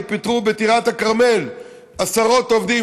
פעמיים: פעם אחת כי פיטרו בטירת הכרמל עשרות עובדים,